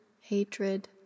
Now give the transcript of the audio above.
hatred